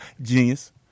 Genius